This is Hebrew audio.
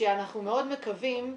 שאנחנו מאוד מקווים,